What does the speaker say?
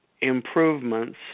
improvements